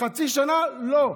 חצי שנה, לא.